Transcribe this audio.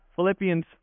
Philippians